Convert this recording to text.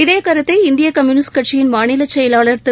இதே கருத்தை இந்திய கம்யூனிஸ்ட் கட்சியின் மாநிலச் செயலாளா் திரு